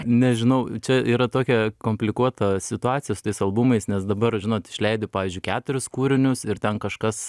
nežinau čia yra tokia komplikuota situacija su tais albumais nes dabar žinot išleidi pavyzdžiui keturis kūrinius ir ten kažkas